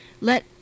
let